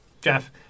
Jeff